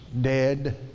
dead